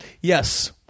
Yes